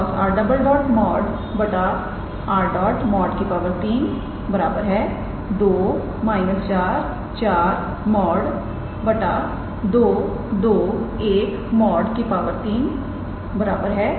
तो 2 −44 यह मॉड है